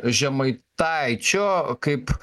žemaitaičio kaip